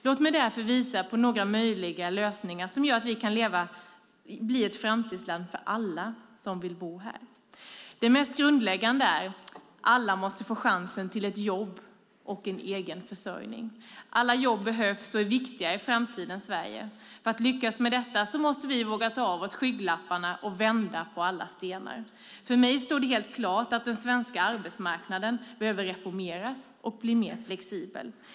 Låt mig därför visa på några möjliga lösningar som gör att vi kan bli ett framtidsland för alla som bor här. Det mest grundläggande är: Alla måste få chansen till ett jobb och en egen försörjning. Alla jobb behövs och är viktiga i framtidens Sverige. För att lyckas med detta måste vi våga ta av skygglapparna och vända på alla stenar. För mig står det helt klart att den svenska arbetsmarknaden behöver reformeras och bli mer flexibel.